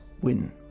win